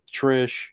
Trish